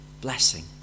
blessing